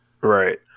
right